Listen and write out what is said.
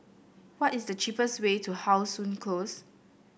what is the cheapest way to How Sun Close